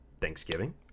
Thanksgiving